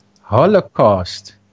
Holocaust